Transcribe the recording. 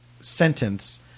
sentence